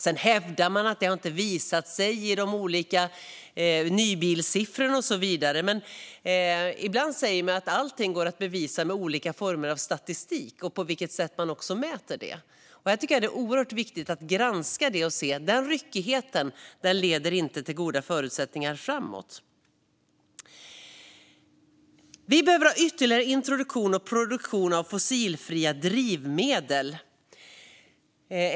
Man hävdar att det inte har visat sig i de olika nybilssiffrorna och så vidare. Men ibland sägs det att allting går att bevisa med olika former av statistik och sättet man mäter på. Jag tycker att det är oerhört viktigt att man granskar detta, för då ser man att denna ryckighet inte leder till goda förutsättningar framåt. Vi behöver ha ytterligare introduktion och produktion av fossilfria drivmedel.